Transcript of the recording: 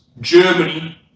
Germany